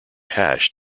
hash